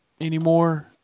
anymore